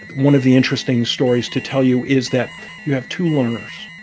one of the interesting stories to tell you is that you have two learners.